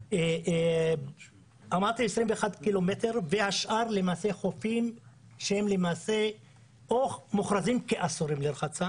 אמרתי 21 ק"מ והשאר חופים שהם מוכרזים כאסורים לרחצה